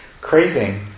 Craving